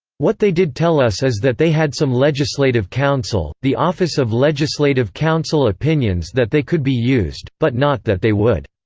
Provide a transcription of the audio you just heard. what they did tell us is that they had some legislative counsel the office of legislative counsel opinions that they could be used, but not that they would.